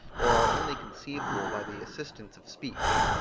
or are only conceivable by the assistance of speech.